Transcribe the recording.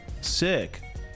sick